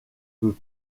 peut